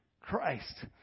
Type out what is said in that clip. Christ